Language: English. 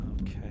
Okay